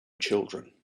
children